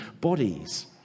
bodies